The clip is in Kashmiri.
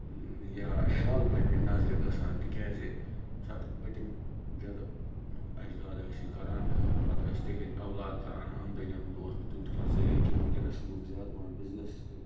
یا شال بٲف ییٚلہِ نَظرِ گَژھان تکیازِ یمہِ ساتہٕ پٔتِم جَد اَجداد ٲسۍ یہِ کَران پَتہٕ ٲسۍ تِہِنٛد اولاد کَران آمدٔنِٮ۪ن ہُنٛد اوس نہٕ تیُتھ کانٛہہ ذٔریعہٕ اکیاہ وٕنکیٚنَس چھِ لُکھ زیادٕ پَہَن بِزنٮ۪س سۭتی